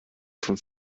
von